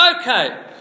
Okay